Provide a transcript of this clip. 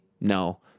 No